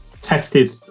tested